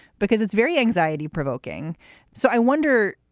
because it's very anxiety provoking so i wonder,